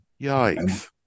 Yikes